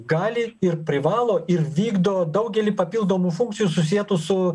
gali ir privalo ir vykdo daugelį papildomų funkcijų susietų su